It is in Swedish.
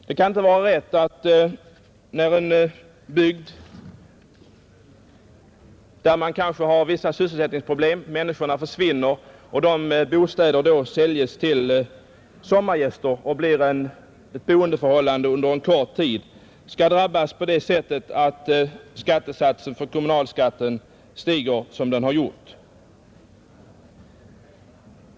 Det kan inte vara rätt att en bygd, där man kanske har vissa sysselsättningsproblem, där människorna försvinner och deras bostäder då säljs till sommargäster så att det blir ett boendeförhållande under en kort tid, skall drabbas på det sättet att skattesatsen för kommunalskatten stiger som den har gjort.